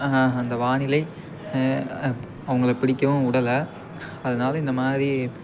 அந்த வானிலை அவங்கள பிடிக்கவும் விடல அதனால் இந்த மாதிரி